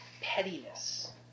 pettiness